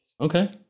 Okay